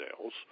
sales